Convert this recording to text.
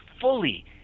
fully